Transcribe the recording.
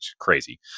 crazy